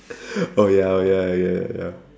oh ya oh ya ya ya